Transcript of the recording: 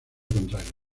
contrario